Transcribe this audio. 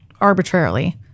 arbitrarily